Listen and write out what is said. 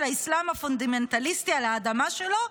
האסלאם הפונדמנטליסטי על האדמה שלו,